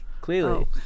Clearly